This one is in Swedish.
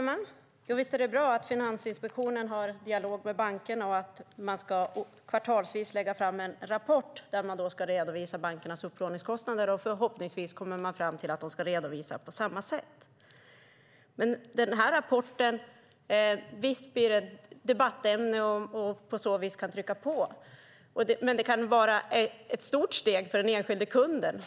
Fru talman! Visst är det bra att Finansinspektionen har dialog med bankerna och att man kvartalsvis ska lägga fram en rapport där man ska redovisa bankernas upplåningskostnader. Förhoppningsvis kommer man fram till att de ska redovisas på samma sätt. Visst blir rapporten ett debattämne, vilket kan trycka på utvecklingen, men det kan vara ett stort steg för den enskilda kunden.